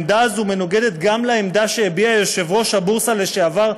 העמדה הזאת מנוגדת גם לעמדה שהביע יושב-ראש הבורסה לשעבר,